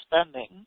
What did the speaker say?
spending